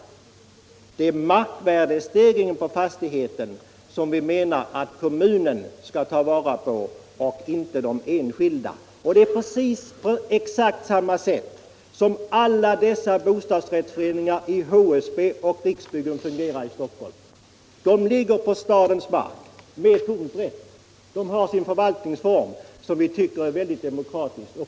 Vi menar att det är markvärdestegringen på fastigheten som kommunen och inte den enskilde skall ta vara på. Exakt på samma sätt fungerar bostadsrättsföreningarna i HSB och i Riksbyggen här i Stockholm. De ligger på stadens mark som upplåtes med tomträtt. De har sin förvaltningsform som vi tycker är mycket demokratisk.